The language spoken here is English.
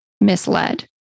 misled